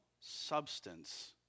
substance